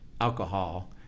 alcohol